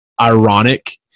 ironic